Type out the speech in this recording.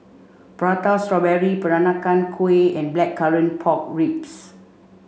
Prata Strawberry Peranakan Kueh and Blackcurrant Pork Ribs